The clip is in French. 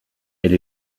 elle